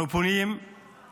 אנחנו פונים לממשלה,